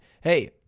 Hey